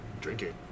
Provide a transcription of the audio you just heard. drinking